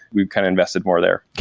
we've kind of invested more there.